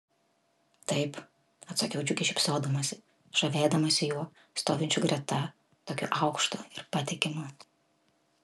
taip atsakiau džiugiai šypsodamasi žavėdamasi juo stovinčiu greta tokiu aukštu ir patikimu